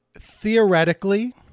theoretically